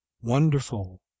Wonderful